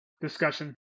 discussion